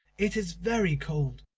it is very cold.